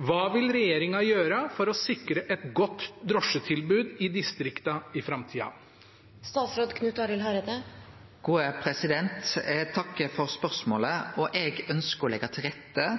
Hva vil regjeringen gjøre for å sikre et godt drosjetilbud i distriktene i framtida?» Eg takkar for spørsmålet. Eg ønskjer å leggje til rette